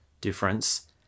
difference